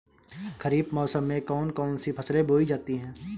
खरीफ मौसम में कौन कौन सी फसलें बोई जाती हैं?